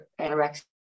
anorexia